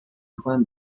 juan